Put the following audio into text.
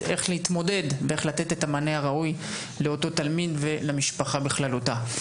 איך להתמודד ואיך לתת את המענה הראוי לאותו תלמיד ולמשפחה בכללותה.